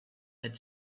had